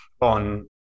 on